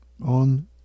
on